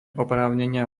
oprávnenia